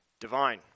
divine